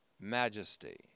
majesty